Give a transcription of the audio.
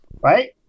right